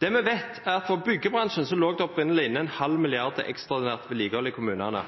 Det vi vet, er at for byggebransjen lå det opprinnelig inne en halv milliard til ekstraordinært vedlikehold i kommunene.